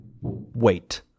Wait